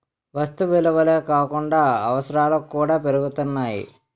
వస్తు విలువలే కాకుండా అవసరాలు కూడా పెరుగుతున్నాయి